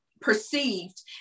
perceived